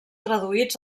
traduïts